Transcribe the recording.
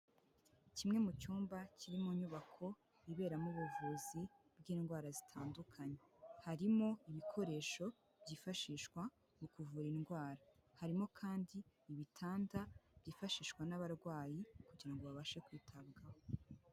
Kimwe mu cyumba kiri mu nyubako iberamo ubuvuzi bw'indwara zitandukanye, harimo ibikoresho byifashishwa mu kuvura indwara, harimo kandi ibitanda byifashishwa n'abarwayi kugira ngo babashe kwitabwaho.